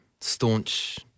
staunch